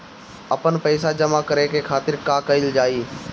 आपन पइसा जमा करे के खातिर का कइल जाइ?